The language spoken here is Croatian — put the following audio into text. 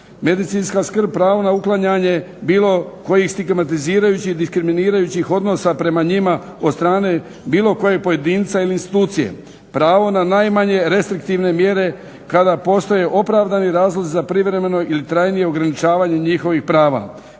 Medicinska skrb, pravo na uklanjanje bilo kojih stigmatizirajućih, diskriminirajućih odnosa prema njima od strane bilo kojeg pojedinca ili institucije. Pravo na najmanje restriktivne mjere kada postoje opravdani razlozi za privremeno ili trajnije ograničavanje njihovih prava.